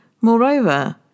Moreover